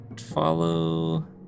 follow